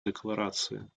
декларации